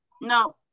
no